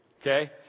okay